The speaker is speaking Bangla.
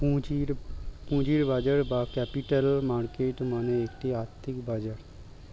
পুঁজির বাজার বা ক্যাপিটাল মার্কেট মানে একটি আর্থিক বাজার